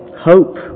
hope